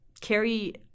carry